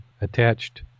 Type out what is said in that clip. attached